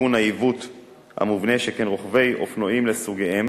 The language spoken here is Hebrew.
בתיקון העיוות המובנה, שכן רוכבי אופנועים לסוגיהם